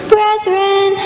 Brethren